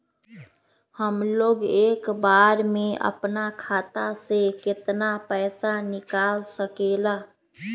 हमलोग एक बार में अपना खाता से केतना पैसा निकाल सकेला?